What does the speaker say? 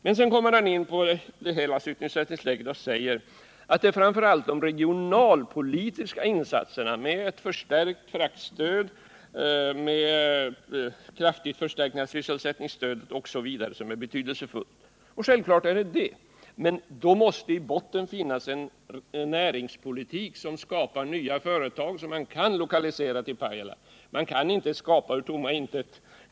Men sedan kommer han in på det kärva sysselsättningsläget och säger att det framför allt är de regionalpolitiska insatserna, med ett förstärkt fraktstöd, kraftig förstärkning av sysselsättningsstödet osv., som är betydelsefulla. De är självfallet viktiga, men i botten måste finnas en näringspolitik som skapar nya företag, som man kan lokalisera till Pajala. Man kan inte skapa ur tomma intet!